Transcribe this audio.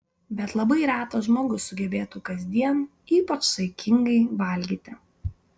bet labai retas žmogus sugebėtų kasdien ypač saikingai valgyti